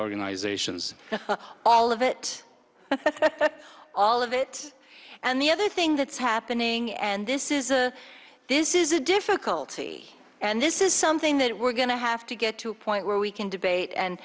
organizations all of it all of it and the other thing that's happening and this is a this is a difficulty and this is something that we're going to have to get to a point where we can debate and